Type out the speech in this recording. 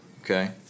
Okay